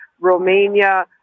Romania